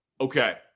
Okay